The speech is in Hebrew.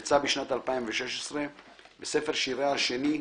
יצא בשנת 2016 וספר שירה השני,